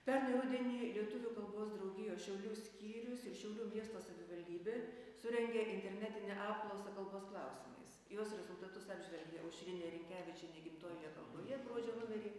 pernai rudenį lietuvių kalbos draugijos šiaulių skyrius ir šiaulių miesto savivaldybė surengė internetinę apklausą kalbos klausimais jos rezultatus apžvelgė aušrinė rinkevičienė gimtojoje kalboje gruodžio numery